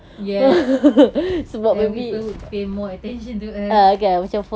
yes ya people would pay more attention to us